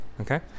okay